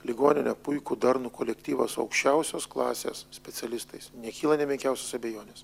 ligoninę puikų darnų kolektyvą su aukščiausios klasės specialistais nekyla nė menkiausios abejonės